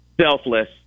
selfless